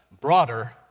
broader